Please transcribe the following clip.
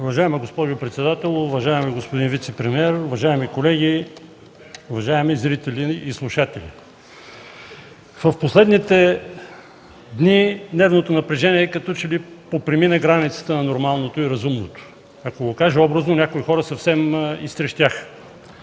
Уважаема госпожо председател, уважаеми господин вицепремиер, уважаеми колеги, уважаеми зрители и слушатели! В последните дни нервното напрежение като че ли попремина границата на нормалното и разумното. Ако го кажа образно, някои хора съвсем изтрещяха.